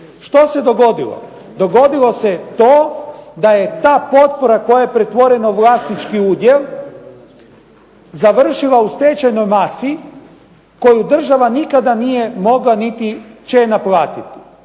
Što se dogodilo? Dogodilo se to da je ta potpora koja je pretvorena u vlasnički udjel završila u stečajnoj masi koju država nikada nije mogla niti će je naplatiti.